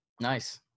Nice